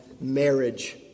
marriage